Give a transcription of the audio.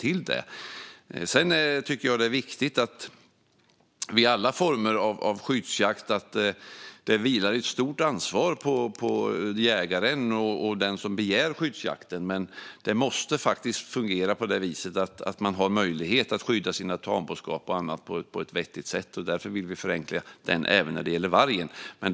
Sedan tycker jag att det är viktigt att det vid alla former av skyddsjakt vilar ett stort ansvar på jägaren och den som begär skyddsjakten. Men det måste faktiskt fungera så att man har möjlighet att skydda sin tamboskap och annat på ett vettigt sätt, och därför vill vi förenkla skyddsjakten även när det gäller vargen.